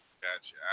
Gotcha